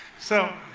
so,